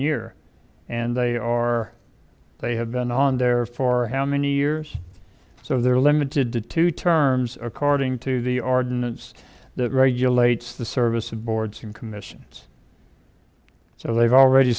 year and they are they have been on there for how many years so they're limited to two terms according to the ordinance that regulates the service of boards and commissions so they've already